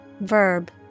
verb